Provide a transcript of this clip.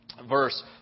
Verse